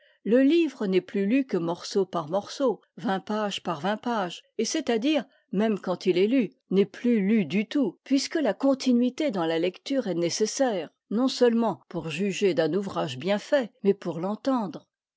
le livre n'est plus lu que morceau par morceau vingt pages par vingt pages et c'est-à-dire même quand il est lu n'est plus lu du tout puisque la continuité dans la lecture est nécessaire non seulement pour juger d'un ouvrage bien fait mais pour l'entendre